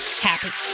happy